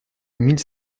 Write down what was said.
mille